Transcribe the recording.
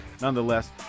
Nonetheless